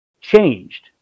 changed